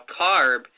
CARB